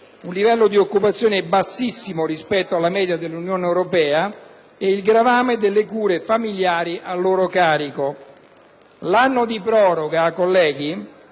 un livello di occupazione bassissimo rispetto alla media dell'Unione europea e il gravame delle cure familiari a loro carico. L'anno di proroga, colleghi